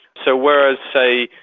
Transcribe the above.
so whereas, say,